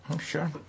Sure